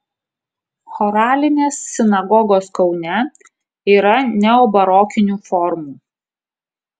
choralinės sinagogos kaune yra neobarokinių formų